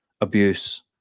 abuse